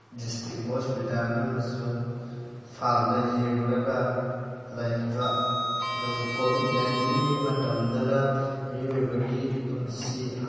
district hospital ꯑꯃꯁꯨꯡ ꯏꯝꯐꯥꯜꯗ ꯌꯦꯡꯂꯒ ꯂꯩꯕ ꯑꯗꯨꯒ ꯀꯣꯚꯤꯗ ꯅꯥꯏꯇꯤꯟꯒꯤ ꯃꯇꯝꯗꯅ ꯃꯤꯑꯣꯏꯕꯒꯤ ꯄꯨꯟꯁꯤ